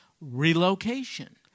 relocation